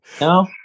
no